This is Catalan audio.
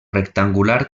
rectangular